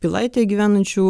pilaitėje gyvenančių